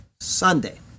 Sunday